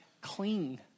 cling